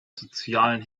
sozialen